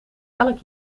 elk